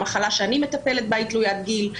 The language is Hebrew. המחלה שאני מטפלת בה היא תלוית גיל.